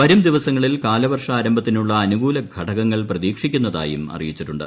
വരും ദിവസങ്ങളിൽ കാലവർഷാരംഭത്തിനുള്ള അനുകൂല ഘടകങ്ങൾ പ്രതീക്ഷിക്കുന്നതായും അറിയിച്ചിട്ടുണ്ട്